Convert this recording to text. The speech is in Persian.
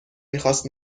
میخواست